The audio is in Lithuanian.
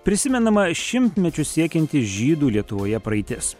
prisimenama šimtmečius siekianti žydų lietuvoje praeitis